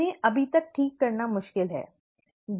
उन्हें अभी तक ठीक करना मुश्किल है